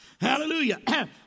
Hallelujah